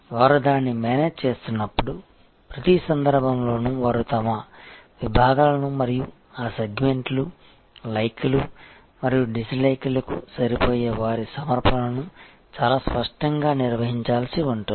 వారు దానిని మేనేజ్ చేస్తున్నప్పుడు ప్రతి సందర్భంలోనూ వారు తమ విభాగాలను మరియు ఆ సెగ్మెంట్లు లైక్లు మరియు డిస్లైక్లకు సరిపోయే వారి సమర్పణలను చాలా స్పష్టంగా నిర్వచించాల్సి ఉంటుంది